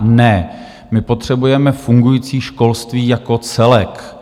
Ne, my potřebujeme fungující školství jako celek.